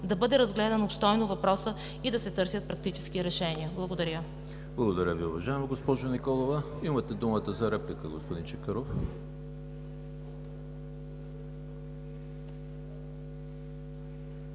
да бъде разгледан обстойно въпросът и да се търсят практически решения. Благодаря. ПРЕДСЕДАТЕЛ ЕМИЛ ХРИСТОВ: Благодаря Ви, уважаема госпожо Николова. Имате думата за реплика, господин Чакъров.